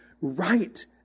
right